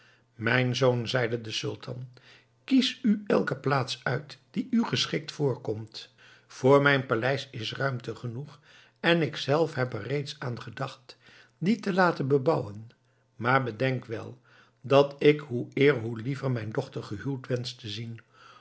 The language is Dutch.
mijn zoon zei de sultan kies u elke plaats uit die u geschikt voorkomt voor mijn paleis is ruimte genoeg en ikzelf heb er reeds aan gedacht die te laten bebouwen maar bedenk wel dat ik hoe eer hoe liever mijn dochter gehuwd wensch te zien